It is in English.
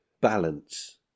balance